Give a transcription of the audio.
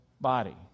body